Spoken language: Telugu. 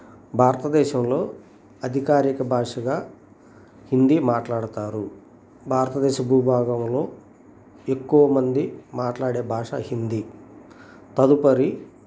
భారతదేశంలో అధికారిక భాషగా హిందీ మాట్లాడతారు భారతదేశ భూభాగంలో ఎక్కువ మంది మాట్లాడే భాష హిందీ తదుపరి